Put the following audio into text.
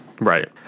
Right